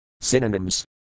Synonyms